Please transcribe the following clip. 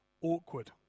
awkward